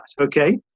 Okay